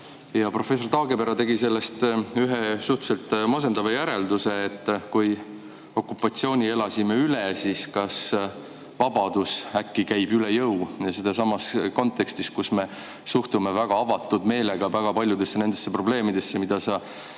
Ja professor Taagepera tegi sellest ühe suhteliselt masendava järelduse, et kui okupatsiooni elasime üle, siis kas vabadus äkki käib üle jõu. Seda samas kontekstis, et me suhtume väga avatud meelega paljudesse nendesse probleemidesse, mida sa